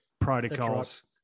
protocols